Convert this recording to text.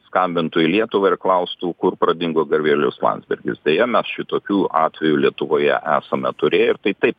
skambintų į lietuvą ir klaustų kur pradingo gabrielius landsbergis deja mes šitokių atvejų lietuvoje esame turėję ir taip